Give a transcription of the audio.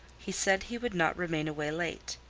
he said he would not remain away late.